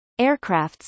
aircrafts